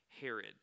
Herod